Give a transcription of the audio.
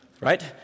Right